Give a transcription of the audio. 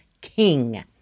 king